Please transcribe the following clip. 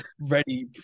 ready